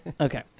Okay